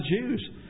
Jews